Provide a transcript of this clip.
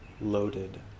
loaded